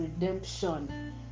redemption